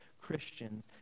Christians